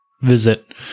visit